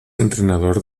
entrenador